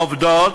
עובדות,